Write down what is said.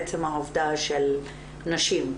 עצם העובדה של נשים.